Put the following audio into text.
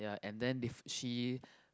ya and then if she